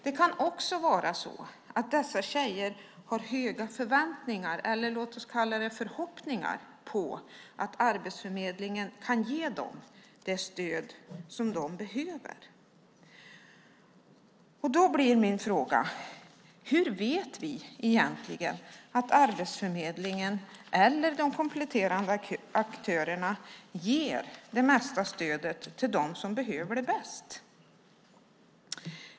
Det kan också vara så att dessa tjejer har höga förväntningar, eller låt oss kalla det förhoppningar, på att Arbetsförmedlingen kan ge dem det stöd som de behöver. Då blir min fråga: Hur vet vi egentligen att Arbetsförmedlingen eller de kompletterande aktörerna ger mest stöd till dem som behöver det mest?